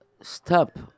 Stop